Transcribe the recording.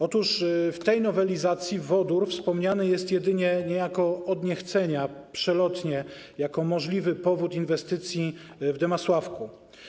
Otóż w tej nowelizacji wodór wspomniany jest jedynie niejako od niechcenia, przelotnie, jako możliwy powód inwestycji w Damasławku.